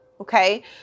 Okay